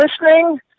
listening